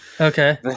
Okay